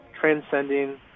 transcending